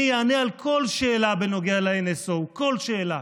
אני אענה על כל שאלה בנוגע ל-NSO, כל שאלה.